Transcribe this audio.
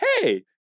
hey